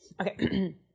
Okay